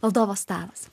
valdovo stalas